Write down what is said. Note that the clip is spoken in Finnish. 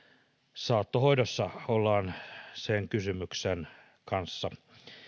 saattohoidossa ollaan lähinnä sen kysymyksen kanssa